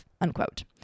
unquote